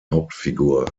hauptfigur